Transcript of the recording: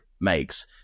makes